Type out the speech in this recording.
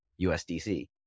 USDC